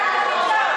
חמש דקות,